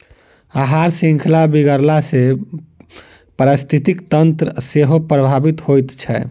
आहार शृंखला बिगड़ला सॅ पारिस्थितिकी तंत्र सेहो प्रभावित होइत छै